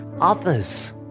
others